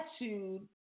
attitude